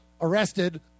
arrested